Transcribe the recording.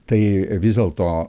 tai vis dėlto